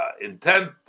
intent